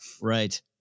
Right